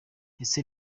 ese